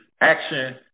Action